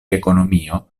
ekonomio